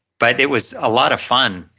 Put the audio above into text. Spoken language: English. but it was a lot of fun.